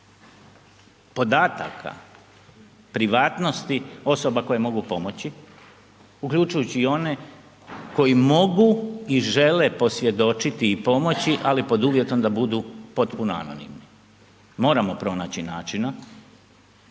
ako hoćete, podataka privatnosti osoba koje mogu pomoći uključujući i one koji mogu i žele posvjedočit i pomoći ali pod uvjetom da budu potpuno anonimni, moramo pronaći načina